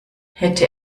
hätte